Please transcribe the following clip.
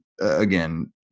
again